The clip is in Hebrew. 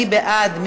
מי בעד?